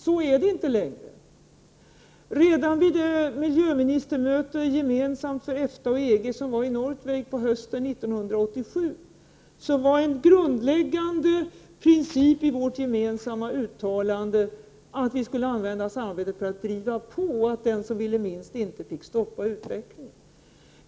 Så är det inte längre. Redan vid miljöministermötet, gemensamt för EFTA och EG, hösten 1987 var en grundläggande princip i vårt gemensamma uttalande att vi skulle samarbeta för att driva på och att den som ville minst inte fick stoppa utvecklingen.